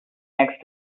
next